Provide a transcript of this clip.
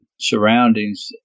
surroundings